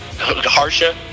Harsha